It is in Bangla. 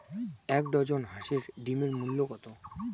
এক ডজন হাঁসের ডিমের মূল্য কত?